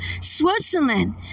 Switzerland